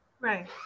Right